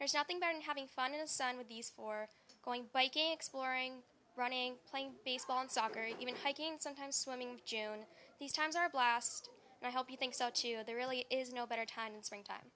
there's nothing better than having fun in a sun with these for going biking exploring running playing baseball and soccer even hiking sometimes swimming june these times are a blast and i hope you think so too that there really is no better time than springtime